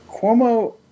Cuomo